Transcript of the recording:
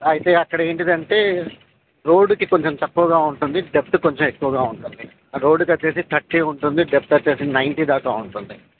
అయితే అక్కడ ఏంటిదంటే రోడ్కి కొంచెం తక్కువగా ఉంటుంది డెప్త్ కొంచెం ఎక్కువగా ఉంటుంది రోడ్కి వచ్చేసి తర్టీ ఉంటుంది డెప్త్ వచ్చేసి నైంటీ దాకా ఉంటుంది